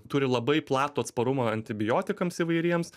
turi labai platų atsparumą antibiotikams įvairiems